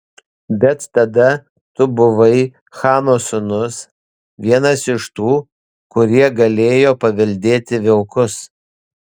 bet tada tu buvai chano sūnus vienas iš tų kurie galėjo paveldėti vilkus